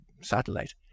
satellite